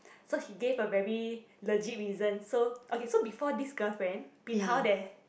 so he gave a very legit reason so okay so before this girlfriend bin hao there